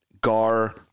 Gar